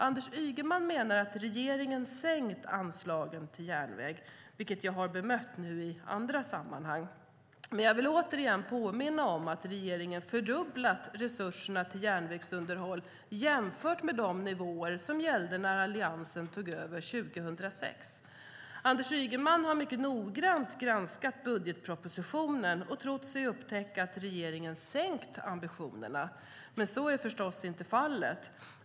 Anders Ygeman menar att regeringen sänkt anslagen till järnväg, vilket jag har bemött i andra sammanhang. Men jag vill återigen påminna om att regeringen fördubblat resurserna till järnvägsunderhåll jämfört med de nivåer som gällde när Alliansen tog över 2006. Anders Ygeman har mycket noggrant granskat budgetpropositionen och trott sig upptäcka att regeringen sänkt ambitionerna. Men så är förstås inte fallet.